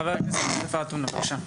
חבר הכנסת יוסף עטאונה, בבקשה.